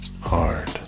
hard